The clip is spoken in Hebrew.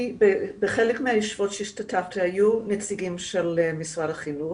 בחלק מהישיבות שהשתתפתי היו נציגים של משרד החינוך.